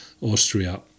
Austria